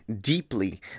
deeply